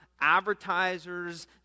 advertisers